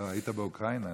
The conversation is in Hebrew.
היית באוקראינה,